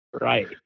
Right